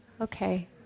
Okay